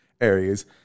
areas